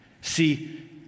See